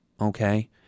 okay